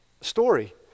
story